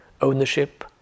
ownership